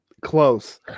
close